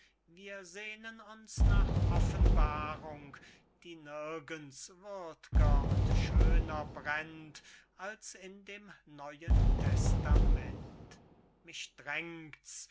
wir sehnen uns nach offenbarung die nirgends würd'ger und schöner brennt als in dem neuen testament mich